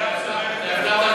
בשידור חי הבטחת.